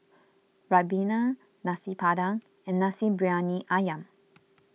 Ribena Nasi Padang and Nasi Briyani Ayam